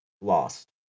lost